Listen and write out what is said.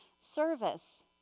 service